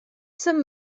some